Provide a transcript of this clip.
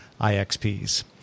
IXPs